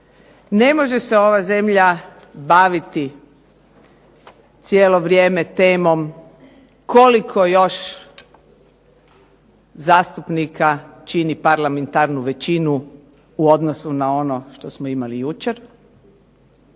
ne može se ova zemlja baviti cijelo vrijeme temom koliko još zastupnika čini parlamentarnu većinu u odnosu na ono što smo imali jučer.